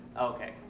Okay